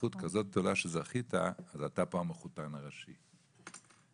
שליחות כזאת גדולה שזכית לה --- אתה המחותן הראשי פה".